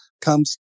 comes